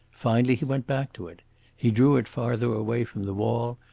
finally he went back to it he drew it farther away from the wall,